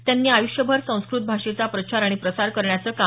त्यांनी आय्ष्यभर संस्कृत भाषेचा प्रचार आणि प्रसार करण्याचं काम केलं